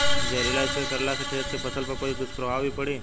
जहरीला स्प्रे करला से खेत के फसल पर कोई दुष्प्रभाव भी पड़ी?